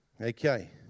Okay